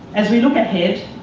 as we look ahead,